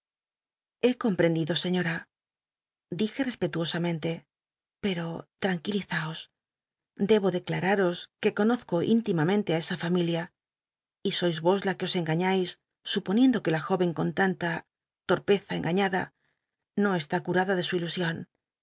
he comprendido scíío i elije respetuosamente pero tranquilizaos debo declararos que conozco íntimamente á esa familia y sois vos la que os engaííais suponiendo que la jóven con tanta torpeza engañada no está curada ele su ilusion